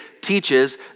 teaches